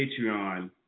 Patreon